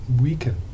weaken